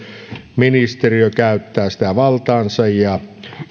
ministeriö käyttää valtaansa ja